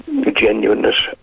genuineness